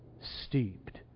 steeped